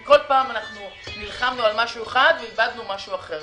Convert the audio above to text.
כל פעם נלחמנו על משהו אחד ואיבדנו משהו אחר.